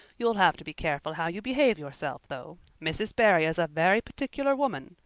you'll have to be careful how you behave yourself, though. mrs. barry is a very particular woman.